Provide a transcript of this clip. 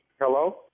Hello